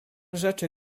rzeczy